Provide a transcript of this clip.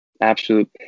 absolute